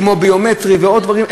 כמו ביומטרי ועוד דברים.